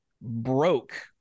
broke